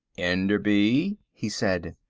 enderby, he said,